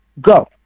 go